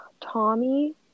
Tommy